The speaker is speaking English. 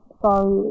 sorry